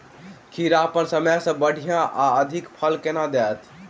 खीरा अप्पन समय सँ बढ़िया आ अधिक फल केना देत?